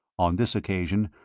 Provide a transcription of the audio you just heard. on this occasion,